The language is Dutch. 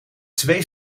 twee